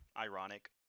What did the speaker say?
ironic